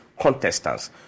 contestants